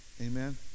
Amen